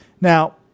now